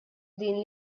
din